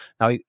Now